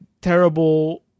terrible